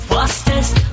Fastest